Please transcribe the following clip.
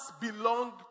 belong